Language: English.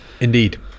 indeed